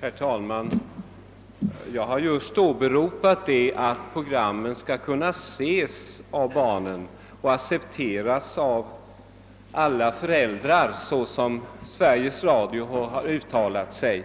Herr talman! Jag har just åberopat att Sveriges Radio uttalat att programmen skall kunna ses av barnen och accepteras av föräldrarna. Men av fortsättningen av yttrandet vill